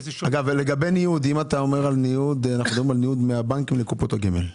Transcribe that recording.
וזה שומר --- אנחנו מדברים על ניוד מהבנקים לקופות הגמל.